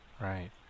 right